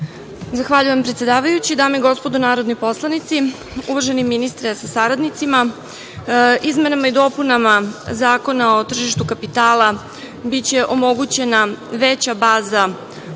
Zahvaljujem, predsedavajući. Dame i gospodo narodni poslanici, uvaženi ministre sa saradnicima, izmenama i dopunama Zakona o tržištu kapitala biće omogućena veća baza